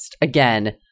Again